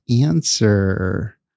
answer